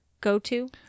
go-to